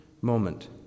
moment